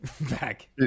back